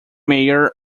mayor